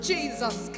Jesus